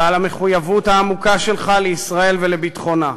ועל המחויבות העמוקה שלך לישראל ולביטחונה.